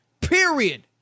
Period